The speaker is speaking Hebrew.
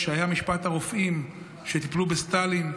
כשהיה משפט הרופאים שטיפלו בסטלין,